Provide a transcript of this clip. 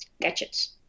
gadgets